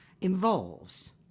involves